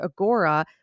Agora